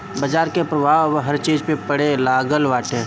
बाजार के प्रभाव अब हर चीज पे पड़े लागल बाटे